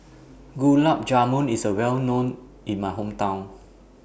Gulab Jamun IS Well known in My Hometown